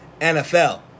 NFL